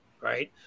right